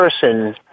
person